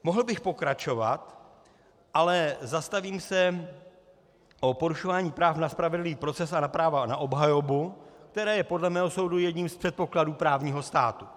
Mohl bych pokračovat, ale zastavím se u porušování práv na spravedlivý proces a práva na obhajobu, které je podle mého soudu jedním z předpokladů právního státu.